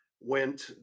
went